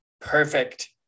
perfect